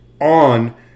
on